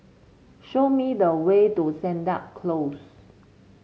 show me the way to Sennett Close